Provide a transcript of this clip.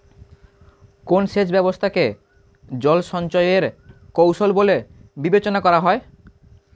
কোন সেচ ব্যবস্থা কে জল সঞ্চয় এর কৌশল বলে বিবেচনা করা হয়?